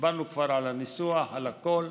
דיברנו כבר על הניסוח, על הכול,